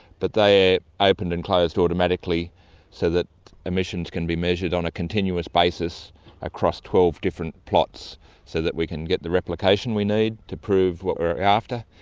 but they are opened and closed automatically so that emissions can be measured on a continuous basis across twelve different plots so that we can get the replication we need to prove what we are after,